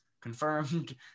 confirmed